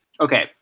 Okay